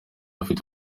afite